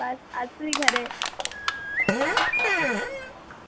अस अस बी खरे